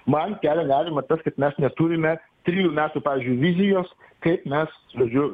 man kelią galima tas kad mes neturime trijų metų pavyzdžiui vizijos kaip mes žodžiu